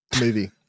Movie